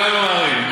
כולנו ממהרים.